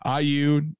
iu